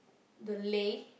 the Lei